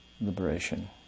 liberation